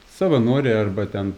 savanoriai arba ten